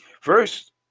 First